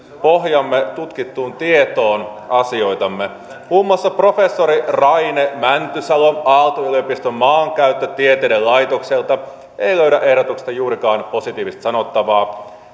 pohjaamme tutkittuun tietoon asioitamme muun muassa professori raine mäntysalo aalto yliopiston maankäyttötieteiden laitokselta ei löydä ehdotuksesta juurikaan positiivista sanottavaa